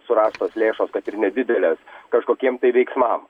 surastos lėšos kad ir nedidelės kažkokiem tai veiksmam